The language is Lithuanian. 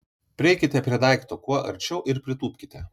prieikite prie daikto kuo arčiau ir pritūpkite